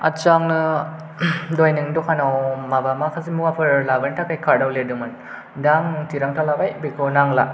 आच्चा आङो दहाय नोंनि दखानाव माबा माखासे मुवाफोर लाबोनो थाखाय कार्डआव लिरदोंमोन दा आं थिरांथा लाबाय बेखौ नांला